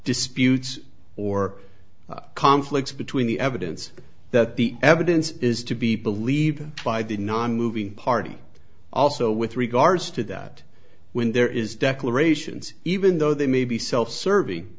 disputes or conflicts between the evidence that the evidence is to be believed by the nonmoving party also with regards to that when there is declarations even though they may be self serving